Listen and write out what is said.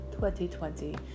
2020